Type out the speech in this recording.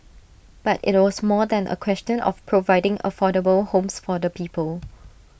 but IT was more than A question of providing affordable homes for the people